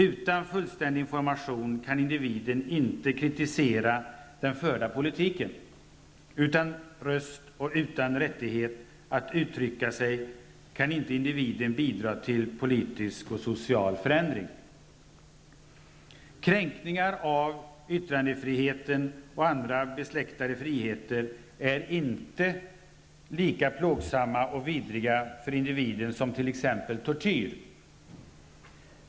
Utan fullständig information kan individen inte kritisera den förda politiken. Utan röst och utan rättighet att uttrycka sig kan inte individen bidra till politisk och social förändring. Kränkningar av yttrandefriheten och andra besläktade friheter är inte lika plågsamma och vidriga för individen som t.ex. tortyr.